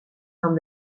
van